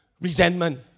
resentment